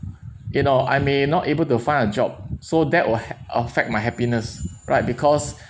you know I may not able to find a job so that will hac~affect my happiness right because